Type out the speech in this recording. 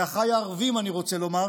לאחיי הערבים אני רוצה לומר